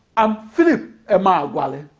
i'm philip emeagwali.